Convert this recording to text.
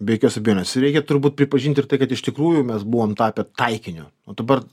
be jokios abejonės ir reikia turbūt pripažint ir tai kad iš tikrųjų mes buvom tapę taikiniu o dabar